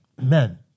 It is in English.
men